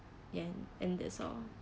and and that's all